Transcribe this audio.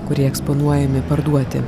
kurie eksponuojami parduoti